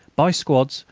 by squads,